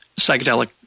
psychedelic